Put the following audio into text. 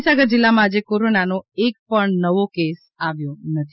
મહીસાગર જિલ્લામાં આજે કોરોનાનો એક પણ કેસ નવો આવ્યો નથી